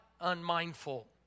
unmindful